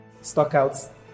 Stockouts